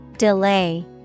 Delay